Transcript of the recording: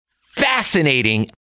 fascinating